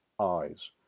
eyes